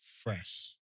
fresh